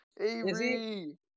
Avery